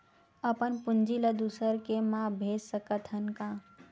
अपन पूंजी ला दुसर के मा भेज सकत हन का?